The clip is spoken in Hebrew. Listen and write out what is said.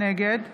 נגד